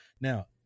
Now